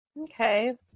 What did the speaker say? okay